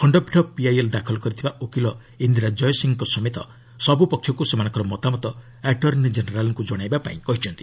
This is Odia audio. ଖଖପୀଠ ପିଆଇଏଲ୍ ଦାଖଲ କରିଥିବା ଓକିଲ ଇନ୍ଦିରା ଜୟସିଂଙ୍କ ସମେତ ସବୁ ପକ୍ଷକୁ ସେମାନଙ୍କର ମତାମତ ଆଟର୍ଶ୍ଣି ଜେନେରାଲ୍ଙ୍କୁ ଜଣାଇବାପାଇଁ କହିଛନ୍ତି